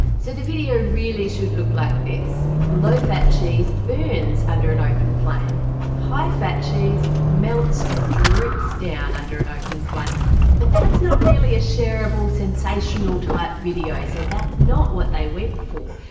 so the video really should look like this low fat cheese burns under an open flame high-fat cheese melts and drips down under an open flame but that's not really a shareable sensational type video so that's not what they went for.